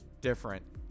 different